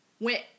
went